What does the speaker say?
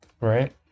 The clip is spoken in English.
Right